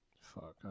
fuck